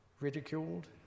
ridiculed